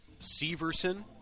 Severson